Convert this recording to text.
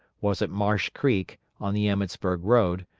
was at marsh creek, on the emmetsburg road,